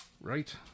Right